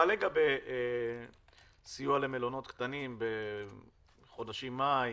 מה לגבי סיוע למלונות קטנים בחודשים מאי-יוני?